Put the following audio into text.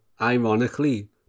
ironically